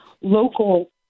local